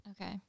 Okay